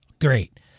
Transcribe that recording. Great